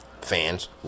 fans